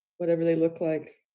whatever they look like,